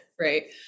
right